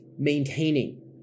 maintaining